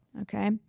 Okay